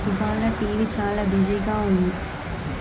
ఇవాళ టీవీ చాలా బిజీగా ఉంది